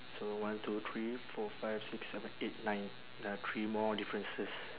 so one two three four five six seven eight nine there are three more differences